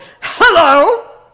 hello